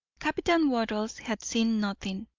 captain wattles had seen nothing.